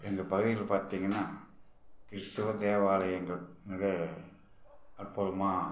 எங்கள் பகுதியில் பார்த்தீங்கன்னா கிறிஸ்துவ தேவாலயங்கள் மிக அற்புதமாக